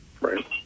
right